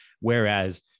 Whereas